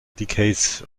decades